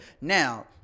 Now